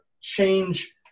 change